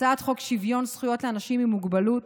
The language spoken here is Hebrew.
הצעת חוק שוויון זכויות לאנשים עם מוגבלות